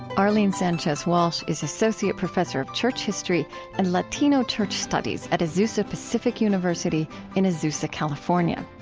arlene sanchez-walsh is associate professor of church history and latino church studies at azusa pacific university in azusa, california.